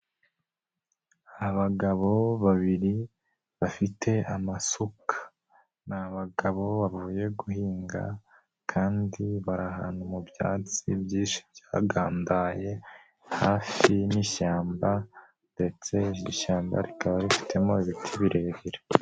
Abagabo babiri bafite amasuka ni abagabo bavuye guhinga, kandi bara ahantu mu byatsi byinshi byagandaye hafi y'ishyamba, ndetse iri shyamba rikaba rifitemo ibiti birebire.